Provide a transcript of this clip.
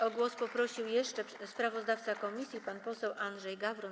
O głos poprosił jeszcze sprawozdawca komisji pan poseł Andrzej Gawron.